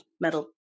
metal